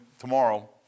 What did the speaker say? tomorrow